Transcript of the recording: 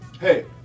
Hey